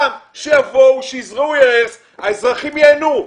שיבוא, שיזרעו הרס, האזרחים ייהנו.